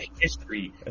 history